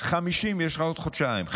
לך עוד חודשיים.